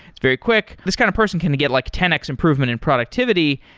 it's very quick. this kind of person can get like ten x improvement in productivity,